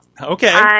Okay